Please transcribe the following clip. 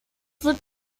wird